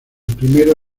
primero